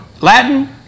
Latin